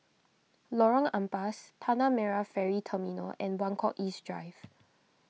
Lorong Ampas Tanah Merah Ferry Terminal and Buangkok East Drive